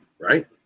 right